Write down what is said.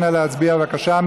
נא להצביע, בבקשה.